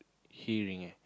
hearing eh